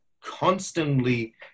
constantly